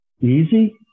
easy